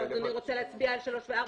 אין להם קופות רושמות.